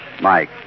Mike